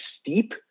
steep